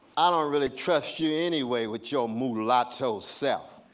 i don't really trust you anyway with your mulatto self.